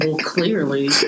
clearly